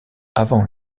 avant